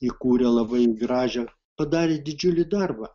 įkūrė labai gražią padarė didžiulį darbą